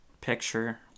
picture